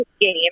game